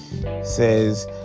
says